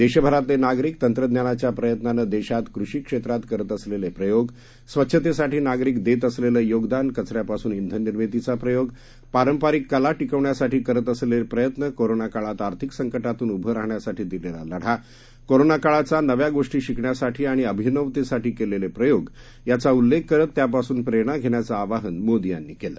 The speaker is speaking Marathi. देशभरातले नागरिक तंत्रज्ञानाच्या प्रयत्नानं देशात कृषी क्षेत्रात करत असलेले प्रयोग स्वच्छतेसाठी नागरिक देत असलेलं योगदान कचऱ्यापासून बेन निर्मितीचा प्रयोग पारंपरिक कला टिकवण्यासाठी करत असलेले प्रयत्न कोरोनाकाळात आर्थिक संकटातून उभं राहण्यासाठी दिलेला लढा कोरोना काळाचा नव्या गोष्टी शिकण्यासाठी आणि अभिनवतेसाठी केलेले प्रयोग याचा उल्लेख करत त्यापासून प्रेरणा घेण्याचं आवाहन मोदी यांनी केलं